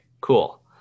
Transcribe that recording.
Cool